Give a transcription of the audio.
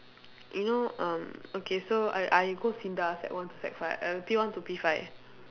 you know um okay so I I go SINDA sec one to sec five err P one to P five